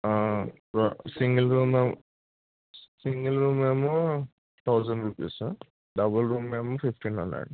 single room single రూమేమో thousand rupees double రూమేమో fifteen hundred